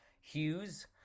Hughes